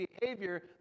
behavior